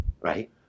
Right